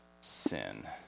sin